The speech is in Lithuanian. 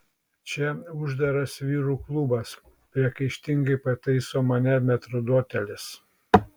čia uždaras vyrų klubas priekaištingai pataiso mane metrdotelis